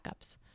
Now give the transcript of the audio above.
Backups